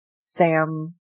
Sam